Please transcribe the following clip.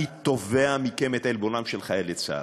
אני תובע מכם את עלבונם של חיילי צה"ל.